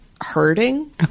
hurting